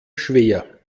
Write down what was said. schwer